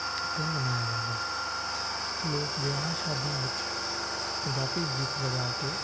ਅਤੇ ਮਨਾਇਆ ਜਾਂਦਾ ਹੈ ਲੋਕ ਵਿਆਹ ਸ਼ਾਦੀਆਂ ਵਿੱਚ ਪੰਜਾਬੀ ਗੀਤ ਲਗਾ ਕੇ